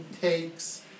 takes